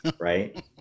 right